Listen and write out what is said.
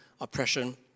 oppression